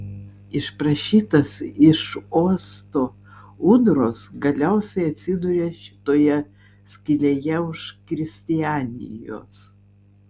išprašytas iš uosto ūdros galiausiai atsidūrė šitoje skylėje už kristianijos